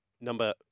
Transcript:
Number